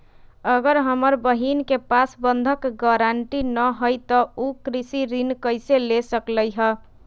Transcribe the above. अगर हमर बहिन के पास बंधक गरान्टी न हई त उ कृषि ऋण कईसे ले सकलई ह?